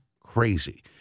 crazy